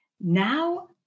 now